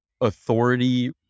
authority